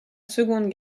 seconde